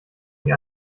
die